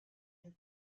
and